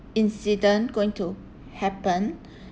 incident going to happen